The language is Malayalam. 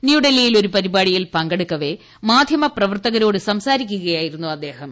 ന്യൂഡൽഹിയിൽ ഒരു പരിപാടിയിൽ പങ്കെടുക്കവെ മാധ്യമപ്രവർത്തകരോട് സംസാരിക്കുകയായിരുന്നു അദ്ദേഹം